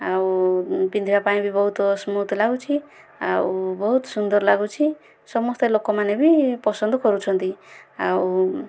ଆଉ ପିନ୍ଧିବା ପାଇଁ ବି ବହୁତ ସ୍ମୁଥ ଲାଗୁଛି ଆଉ ବହୁତ ସୁନ୍ଦର ଲାଗୁଛି ସମସ୍ତେ ଲୋକମାନେ ବି ପସନ୍ଦ କରୁଛନ୍ତି ଆଉ